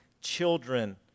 children